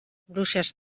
bruixes